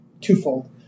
twofold